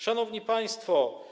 Szanowni Państwo!